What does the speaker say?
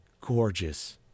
gorgeous